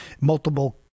Multiple